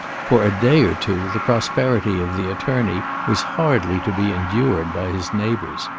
for a day or two the prosperity of the attorney was hardly to be endured by his neighbours.